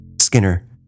Skinner